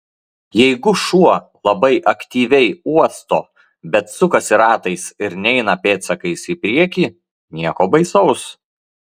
jeigu šuo labai aktyviai uosto bet sukasi ratais ir neina pėdsakais į priekį nieko baisaus